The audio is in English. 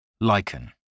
Lichen